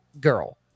girl